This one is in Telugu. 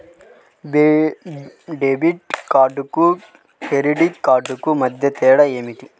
డెబిట్ కార్డుకు క్రెడిట్ కార్డుకు మధ్య తేడా ఏమిటీ?